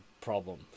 problem